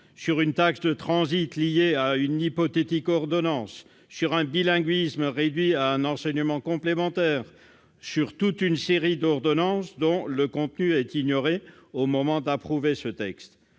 une taxe de transit liée à une hypothétique ordonnance, un bilinguisme réduit à un enseignement complémentaire, toute une série d'ordonnances dont le contenu est ignoré au moment d'approuver ce texte